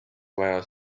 vaja